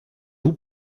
vous